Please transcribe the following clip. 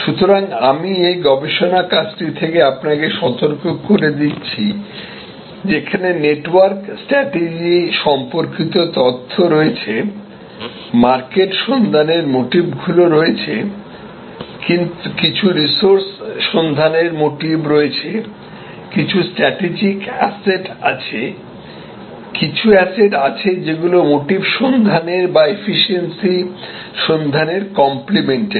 সুতরাং আমি এই গবেষণা কাজটি থেকে আপনাকে সতর্ক করে দিচ্ছি যে এখানে নেটওয়ার্ক স্ট্রাটেজি সম্পর্কিত তথ্য রয়েছে মার্কেট সন্ধানের মোটিভগুলি রয়েছে কিছু রিসোর্স সন্ধানের মোটিভ রয়েছে কিছু স্ট্র্যাটেজিক অ্যাসেট আছে কিছু অ্যাসেট আছে যেগুলি মোটিভ সন্ধানের বা এফিশিয়েন্সি সন্ধানের কম্প্লিমেন্টারি